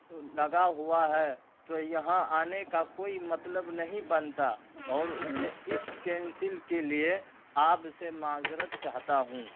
لگا ہوا ہے تو یہاں آنے کا کوئی مطلب نہیں بنتا اور اسے اس کینسل کے لیے آپ سے معذرت چاہتا ہوں